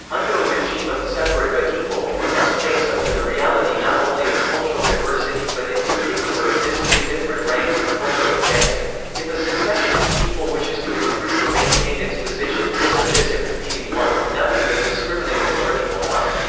under a regime of separate but equal, one must face up to the reality not only of cultural diversity but in particular of visibly different ranks of cultural advancement. if a secessionist people wishes to improve or maintain its position vis-a-vis a competing one, nothing but discriminative learning will help.